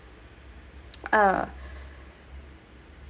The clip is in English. uh